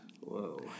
Whoa